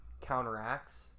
counteracts